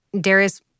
Darius